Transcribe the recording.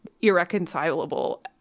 irreconcilable